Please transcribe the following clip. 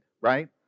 right